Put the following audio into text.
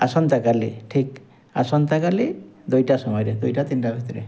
ଆସନ୍ତାକାଲି ଠିକ୍ ଆସନ୍ତାକାଲି ଦୁଇଟା ସମୟରେ ଦୁଇଟା ତିନିଟା ଭିତରେ